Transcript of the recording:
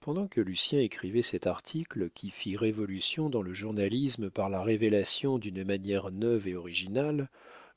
pendant que lucien écrivait cet article qui fit révolution dans le journalisme par la révélation d'une manière neuve et originale